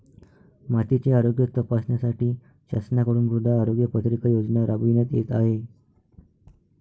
मातीचे आरोग्य तपासण्यासाठी शासनाकडून मृदा आरोग्य पत्रिका योजना राबविण्यात येत आहे